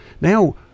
now